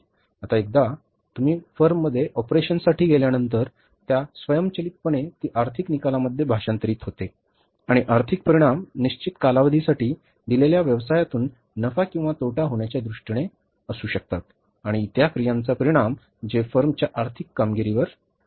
आता एकदा तुम्ही फर्ममध्ये ऑपरेशन्ससाठी गेल्यानंतर त्या स्वयंचलितपणे ती आर्थिक निकालांमध्ये भाषांतरित होते आणि आर्थिक परिणाम निश्चित कालावधीसाठी दिलेल्या व्यवसायातुन नफा किंवा तोटा होण्याच्या दृष्टीने असू शकतात आणि त्या क्रियांचा परिणाम जे फर्मच्या आर्थिक कामगिरीवर करतात